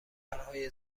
پرهای